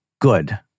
good